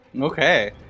Okay